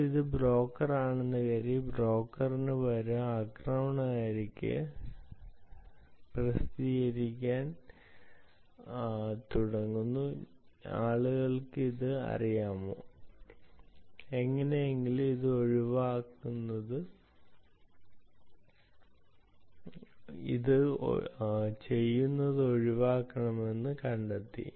ഇപ്പോൾ ഇത് ബ്രോക്കറാണെന്ന് കരുതി ബ്രോക്കറിനുപകരം ആക്രമണകാരിക്ക് പ്രസിദ്ധീകരിക്കാൻ തുടങ്ങുന്നു എങ്ങനെയെങ്കിലും ഇത് ചെയ്യുന്നത് ഒഴിവാക്കണമെന്ന് കണ്ടെത്തി